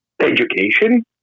education